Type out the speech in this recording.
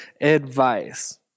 advice